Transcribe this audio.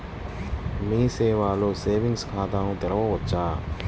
మీ సేవలో సేవింగ్స్ ఖాతాను తెరవవచ్చా?